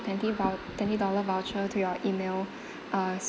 twenty vou~ twenty dollar voucher to your email uh